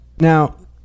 Now